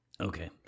Okay